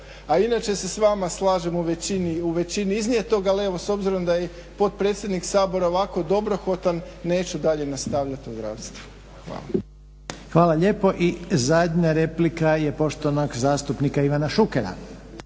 A inače se s vama slažem u većini iznijetog ali evo s obzirom da je i potpredsjednik Sabora ovako dobrohotan neću dalje nastavljati o zdravstvu. Hvala. **Reiner, Željko (HDZ)** Hvala lijepo. I zadnja replika je poštovanog zastupnika Ivana Šukera.